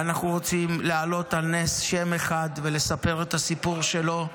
ואנחנו רוצים להעלות על נס שם אחד ולספר את הסיפור שלו.